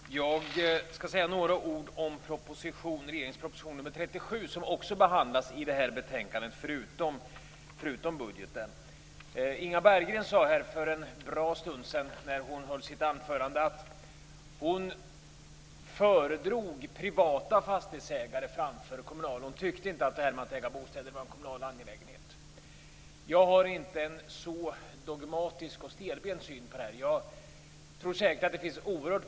Fru talman! Jag skall säga några ord om regeringens proposition nr 37, som vid sidan om budgeten behandlas i det här betänkandet. Inga Berggren sade när hon för en bra stund sedan höll sitt anförande att hon föredrog privata fastighetsägare framför de kommunala. Hon tyckte inte att bostadsägande är en kommunal angelägenhet. Jag har inte en så dogmatisk och stelbent syn på det här.